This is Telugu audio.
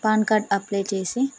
పాన్ కార్డ్ అప్లై చేసి